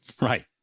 Right